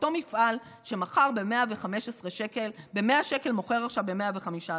ואותו מפעל שמכר ב-100 שקלים מוכר עכשיו ב-115.